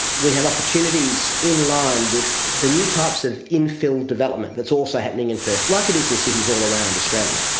we have opportunities in line with the new types of infill development that's also happening in perth, like it is in cities all around australia.